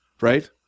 right